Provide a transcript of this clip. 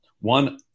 one